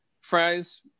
fries